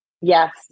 Yes